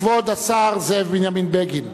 כבוד השר זאב בנימין בגין.